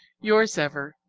yours ever,